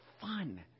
fun